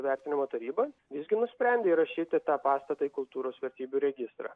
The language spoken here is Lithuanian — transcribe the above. vertinimo taryba visgi nusprendė įrašyti tą pastatą į kultūros vertybių registrą